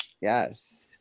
Yes